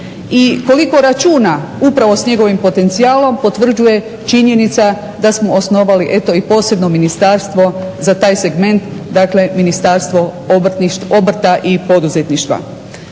koliko računa upravo s njegovim potencijalom potvrđuje činjenica da smo osnovali i posebno ministarstvo za taj segment dakle Ministarstvo obrta i poduzetništva.